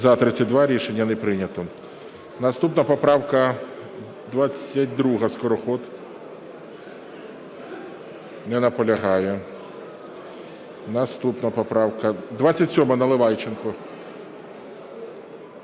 За-32 Рішення не прийнято. Наступна поправка 22. Скороход. Не наполягає. Наступна поправка 27. Наливайченко.